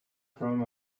from